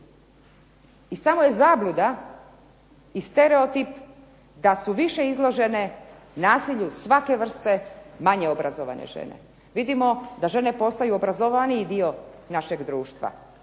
i samo je zabluda i stereotip da su više izložene nasilju svake vrste manje obrazovane žene. Vidimo da žene postaju obrazovaniji dio našeg društva